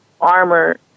armor